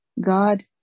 God